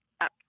up